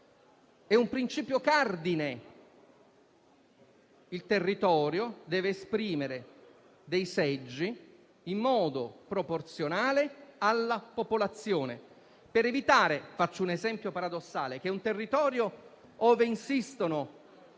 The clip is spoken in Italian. è un principio cardine: il territorio deve esprimere dei seggi in modo proporzionale alla popolazione, per evitare - faccio un esempio semplificato - che un territorio dove insistono